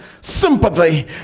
sympathy